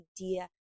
idea